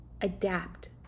Adapt